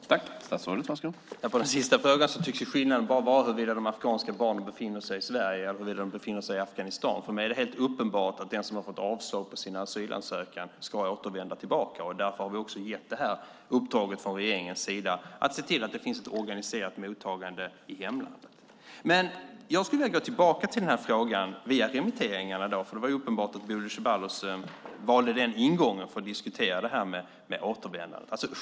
Herr talman! På den sista frågan tycks skillnaden bara vara huruvida de afghanska barnen befinner sig i Sverige eller i Afghanistan. För mig är det helt uppenbart att den som har fått avslag på sin asylansökan ska återvända. Därför har vi också gett det här uppdraget från regeringens sida att se till att det finns ett organiserat mottagande i hemlandet. Jag skulle vilja gå tillbaka till frågan om återvändandet, via remitteringarna då för det var uppenbart att Bodil Ceballos valde den ingången för att diskutera det.